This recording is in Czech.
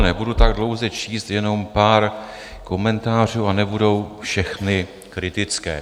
Nebudu tak dlouze číst, jenom pár komentářů, a nebudou všechny kritické.